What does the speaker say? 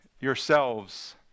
yourselves